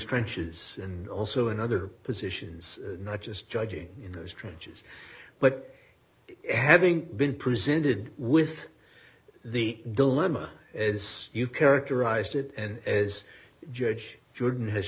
trenches and also in other positions not just judging in those trenches but having been presented with the dilemma is you characterized it and as judge jordan has